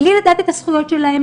בלי לדעת את הזכויות שלהם,